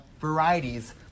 varieties